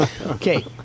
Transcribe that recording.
Okay